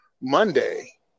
Monday